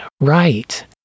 right